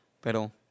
pero